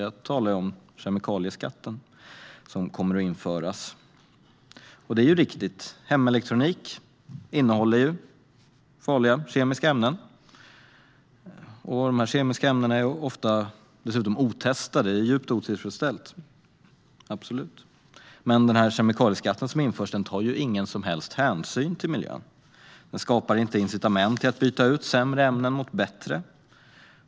Jag talar om kemikalieskatten som kommer att införas. Det är riktigt att hemelektronik innehåller farliga kemiska ämnen. De är dessutom ofta otestade, vilket absolut är djupt otillfredsställande. Men kemikalieskatten som införs tar ju ingen som helst hänsyn till miljön. Den skapar inte incitament att byta ut sämre ämnen mot bättre.